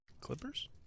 Clippers